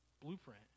blueprint